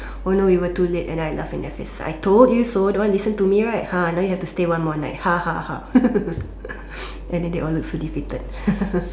oh no we were too late and then I laugh in their face I told you so don't want to listen to me right !huh! now you have to stay one more night ha ha ha and then they all looked so defeated